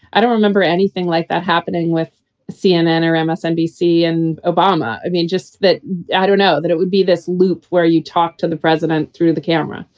i don't remember anything like that happening with cnn or msnbc and obama. i mean, just that i don't know that it would be this loop where you talk to the president through the camera.